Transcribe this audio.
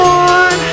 on